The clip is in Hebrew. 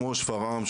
כמו שפרעם,